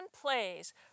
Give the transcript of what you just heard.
plays